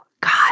God